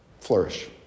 flourish